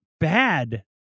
Bad